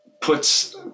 puts